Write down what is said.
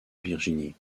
virginie